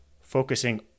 focusing